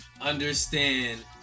understand